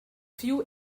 few